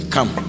Come